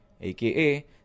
aka